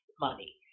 money